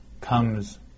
comes